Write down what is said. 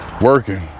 working